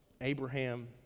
Abraham